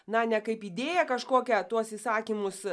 na ne kaip idėją kažkokią tuos įsakymus